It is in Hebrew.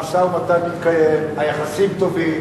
המשא-ומתן התקיים והיחסים טובים,